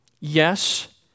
Yes